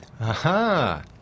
Aha